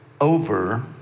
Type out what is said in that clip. over